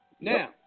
Now